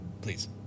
please